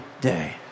day